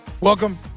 Welcome